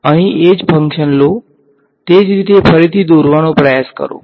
અહીં એ જ ફંકશન લો તે જ રીતે ફરીથી દોરવાનો પ્રયાસ કરો